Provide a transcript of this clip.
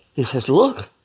he says, look,